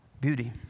beauty